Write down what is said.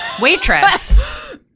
waitress